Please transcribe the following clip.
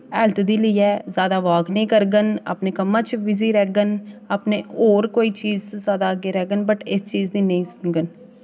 health दी लेइयै जादा वाक निं करङन अपने कम्मै च बिजी रैह्ङन अपने होर कोई चीज जादा अग्गै रखङन बट इस